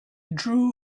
drew